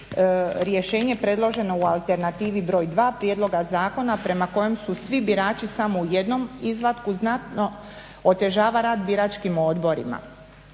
rješenje predloženo u alternativi broj 2 prijedloga zakona prema kojem su svi birači samo u jednom izvatku znatno otežava rad biračkim odborima